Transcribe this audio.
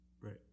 Right